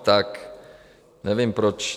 Tak nevím proč...